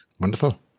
Wonderful